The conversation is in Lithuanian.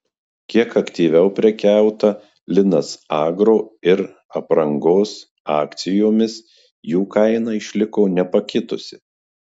kiek aktyviau prekiauta linas agro ir aprangos akcijomis jų kaina išliko nepakitusi